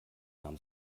nahm